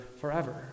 forever